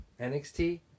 NXT